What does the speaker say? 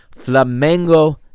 Flamengo